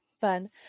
fun